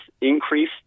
increase